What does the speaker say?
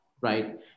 right